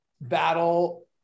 battle